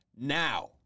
now